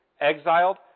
exiled